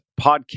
Podcast